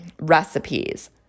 recipes